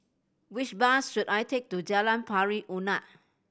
which bus should I take to Jalan Pari Unak